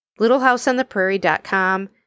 LittleHouseOnThePrairie.com